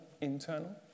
internal